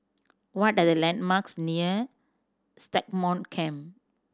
what are the landmarks near Stagmont Camp